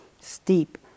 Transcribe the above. steep